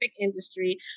industry